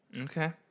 Okay